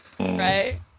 Right